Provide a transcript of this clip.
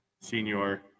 Senior